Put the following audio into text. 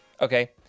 Okay